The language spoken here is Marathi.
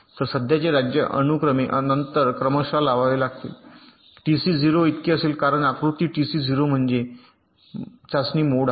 तर सध्याचे राज्य आहे अनुक्रमे नंतर क्रमशः लावावे लागेल टीसी 0 इतके असेल कारण आकृती टीसी 0 मध्ये म्हणजे चाचणी मोड आहे